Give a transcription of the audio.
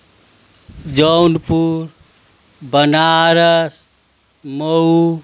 Jaunpur Banaras मौह